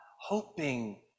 hoping